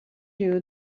you